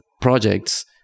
projects